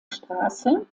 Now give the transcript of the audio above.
straße